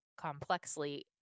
complexly